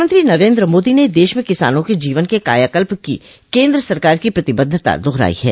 प्रधानमंत्री नरेन्द्र मोदी ने देश में किसानों के जीवन के कायाकल्प की केन्द्र सरकार की प्रतिबद्धता दोहराई है